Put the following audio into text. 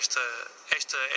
esta